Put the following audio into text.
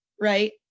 right